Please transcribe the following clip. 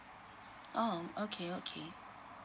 oh okay okay